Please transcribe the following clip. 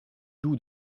doux